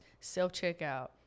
Self-checkout